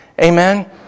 Amen